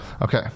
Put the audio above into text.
Okay